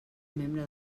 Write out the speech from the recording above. membre